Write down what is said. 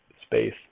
space